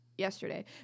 yesterday